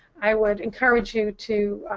i would encourage you to